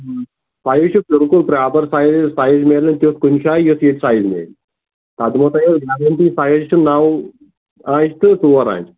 file چھِ بِلکُل proper file حظ فایِل میلہِ نہٕ تِیُتھ کُنہِ جایہِ یُتھ ییٚتہِ فایل میلہِ تتھ دِمو تۄہہِ أسۍ گارینٹی فایِل چھِ نو آنچہِ تہٕ ژور آنچہِ